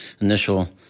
initial